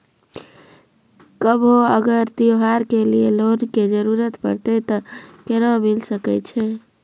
कभो अगर त्योहार के लिए लोन के जरूरत परतै तऽ केना मिल सकै छै?